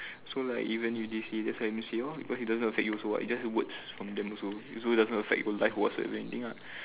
so like even you did say that why it miss you lor because it doesn't affect you also what it's just the words from them also it doesn't affect your life or whatsoever anything ah